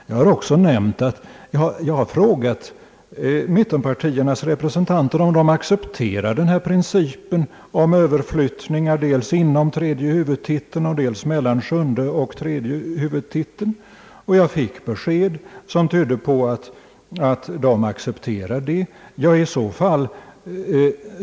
Jag har frågat mittenpartiernas representanter om de accepterar principen om överflyttning av medel dels inom tredje huvudtiteln och dels mellan sjunde huvudtiteln och tredje huvudtiteln. Jag fick besked som tydde på att de accepterar sådana överflyttningar.